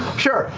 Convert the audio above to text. sure,